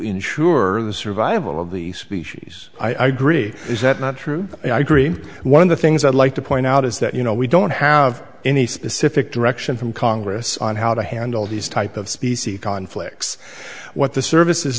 ensure the survival of the species i agree is that not true i agree one of the things i'd like to point out is that you know we don't have any specific direction from congress on how to handle these type of species conflicts what the service